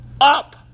up